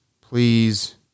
please